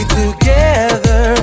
together